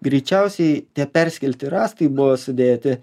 greičiausiai tie perskelti rąstai buvo sudėti